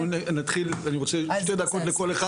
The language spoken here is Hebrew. אני רוצה שתי דקות לכל אחד,